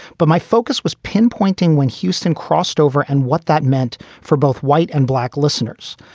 but my focus was pinpointing when houston crossed over and what that meant for both white and black listeners.